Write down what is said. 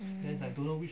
mm